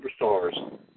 superstars